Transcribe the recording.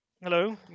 Hello